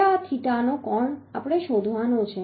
હવે થીટાનો આ કોણ આપણે શોધવાનો છે